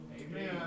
Amen